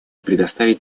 предоставить